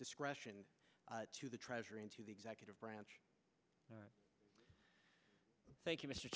discretion to the treasury and to the executive branch thank you mr